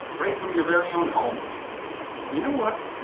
right from your very own homes you know what?